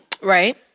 right